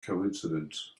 coincidence